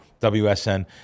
WSN